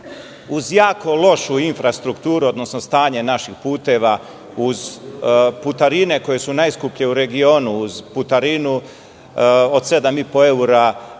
uz jako lošu infrastrukturu, odnosno stanje naših puteva, uz putarine koje su najskuplje u regionu, uz putarinu od 7,5 evra